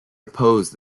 opposed